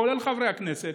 כולל חברי הכנסת,